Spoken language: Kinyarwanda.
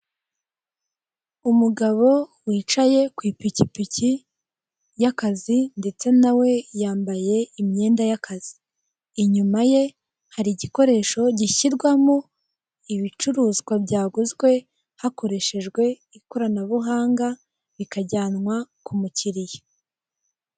Umugabo wicaye ku ipikipiki yakazi ndetse nawe yambaye imyenda yakazi inyuma ye hari igikoresho gishyirwamo ibicuruzwa byaguzwe hakoreshejwe ikoranabuhanga bikajyanywa kumukiriya.